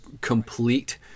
complete